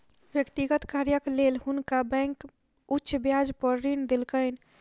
व्यक्तिगत कार्यक लेल हुनका बैंक उच्च ब्याज पर ऋण देलकैन